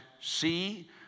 see